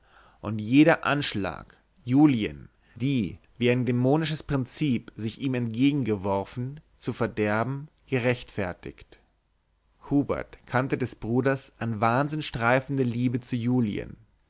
und jeder anschlag julien die wie ein dämonisches prinzip sich ihm entgegengeworfen zu verderben gerechtfertigt hubert kannte des bruders an wahnsinn streifende liebe zu julien